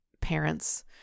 parents